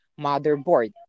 motherboard